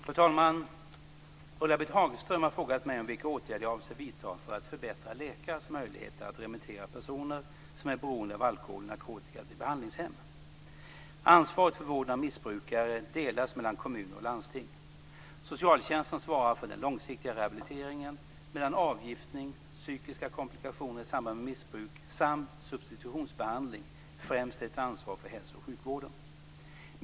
Fru talman! Ulla-Britt Hagström har frågat mig om vilka åtgärder jag avser att vidta för att förbättra läkares möjlighet att remittera personer som är beroende av alkohol och narkotika till behandlingshem. Ansvaret för vården av missbrukare delas mellan kommuner och landsting. Socialtjänsten svarar för den långsiktiga rehabiliteringen medan avgiftning, psykiska komplikationer i samband med missbruk samt substitutionsbehandling främst är ett ansvar för hälso och sjukvården.